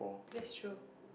that's true